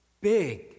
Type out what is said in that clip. big